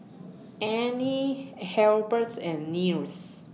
Anne Hilberts and Nils